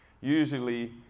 usually